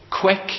Quick